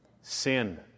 Sin